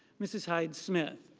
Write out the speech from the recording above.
mrs. hyde smith.